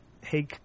hey